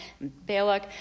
Balak